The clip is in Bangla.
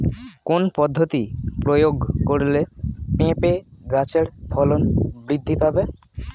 কোন পদ্ধতি প্রয়োগ করলে পেঁপে গাছের ফলন বৃদ্ধি পাবে?